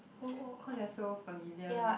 oh cause they are so familiar with